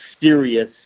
serious